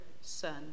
son